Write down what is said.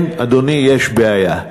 כן, אדוני, יש בעיה.